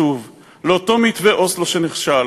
לשוב לאותו מתווה אוסלו שנכשל